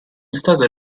stata